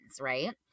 Right